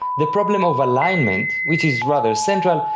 the problem of alignment, which is rather central,